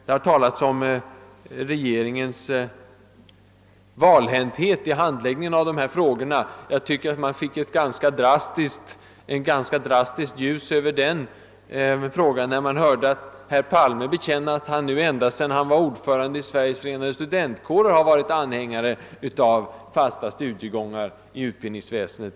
Det har talats om regeringens valhänthet i handläggningen av dessa frågor. Man fick en ganska drastisk belysning av detta förhållande, när man hörde herr Palme bekänna att han, ända sedan han var ordförande i Sveriges förenade studentkårer, varit anhängare av fasta studiegångar i utbildningsväsendet.